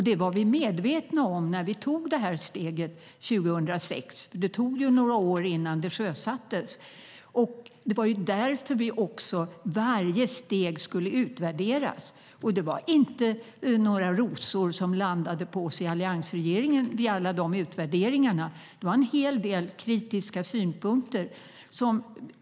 Det var vi medvetna om när vi tog steget 2006 - det tog ju några år innan det sjösattes - och därför skulle varje steg utvärderas. Det var inte några rosor som landade på oss i alliansregeringen vid utvärderingarna. Det var en hel del kritiska synpunkter.